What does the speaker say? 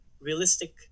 realistic